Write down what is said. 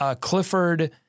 Clifford –